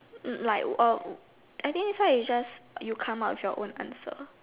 like uh I think next time you just you come up with your own answer